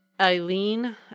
Eileen